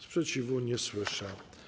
Sprzeciwu nie słyszę.